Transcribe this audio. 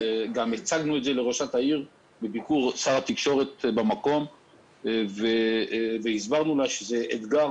הצגנו את זה לראש העיר בביקור שר התקשורת והסברנו לה שזה אתגר